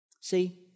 See